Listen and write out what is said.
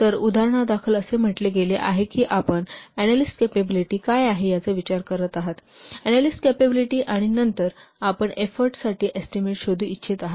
तर उदाहरणादाखल असे म्हटले गेले आहे की आपण अनॅलिस्ट कॅपॅबिलिटी काय आहे याचा विचार करत आहात अनॅलिस्ट कॅपॅबिलिटी आणि नंतर आपण एफोर्टसाठी एस्टीमेट शोधू इच्छित आहात